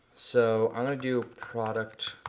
so i'm gonna do product